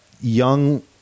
young